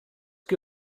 que